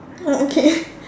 oh okay